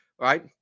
right